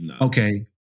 okay